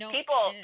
People